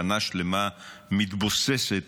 שנה שלמה מתבוססת